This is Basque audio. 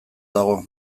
dago